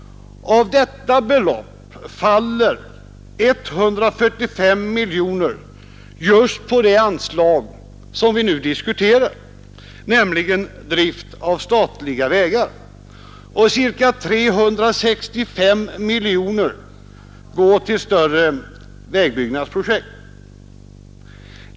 Av detta belopp faller 145 miljoner kronor just på det anslag som vi nu diskuterar nämligen Drift av statliga vägar, medan cirka 365 miljoner kronor går till större vägbyggnadsprojekt.